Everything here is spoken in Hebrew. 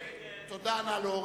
מי נמנע?